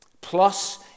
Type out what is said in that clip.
Plus